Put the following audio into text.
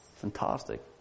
fantastic